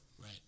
Right